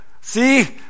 See